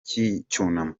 cy’icyunamo